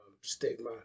stigma